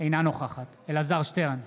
אינה נוכחת אלעזר שטרן,